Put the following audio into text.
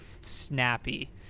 snappy